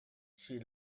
she